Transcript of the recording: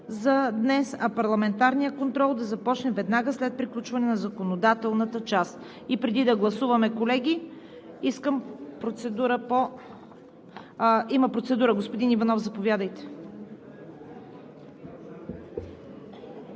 за днес, а парламентарният контрол да започне веднага след приключване на законодателната част. Преди да гласуваме, колеги, има процедура. Господин Иванов, заповядайте.